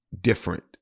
different